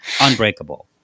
unbreakable